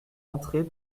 entrer